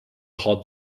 hot